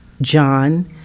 John